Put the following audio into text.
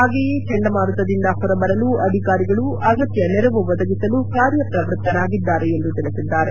ಹಾಗೆಯೇ ಚಂಡಮಾರುತದಿಂದ ಹೊರಬರಲು ಅಧಿಕಾರಿಗಳು ಅಗತ್ಯ ನೆರವು ಒದಗಿಸಲು ಕಾರ್ಯಪ್ರವೃತ್ತರಾಗಿದ್ದಾರೆ ಎಂದು ತಿಳಿಸಿದ್ದಾರೆ